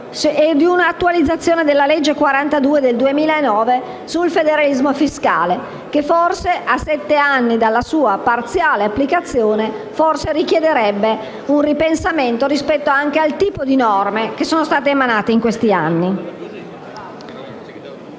e un'attualizzazione della legge n. 42 del 2009 sul federalismo fiscale che, forse, a sette anni dalla sua parziale applicazione, forse richiederebbe un ripensamento rispetto anche al tipo di norme che sono state emanate in questi anni.